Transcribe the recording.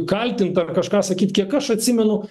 kaltint ar kažką sakyt kiek aš atsimenu